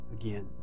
again